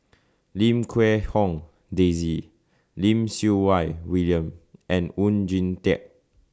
Lim Quee Hong Daisy Lim Siew Wai William and Oon Jin Teik